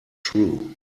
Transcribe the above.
true